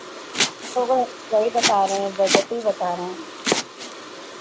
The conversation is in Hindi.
पूरे सही बता रहे हैं बजट ही बता रहे हैं